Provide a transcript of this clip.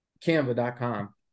Canva.com